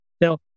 Now